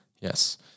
Yes